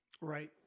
Right